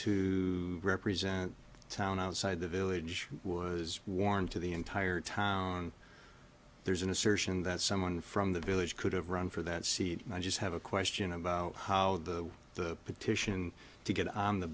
to represent a town outside the village was worn to the entire town there's an assertion that someone from the village could have run for that seat and i just have a question about how the petition to get on the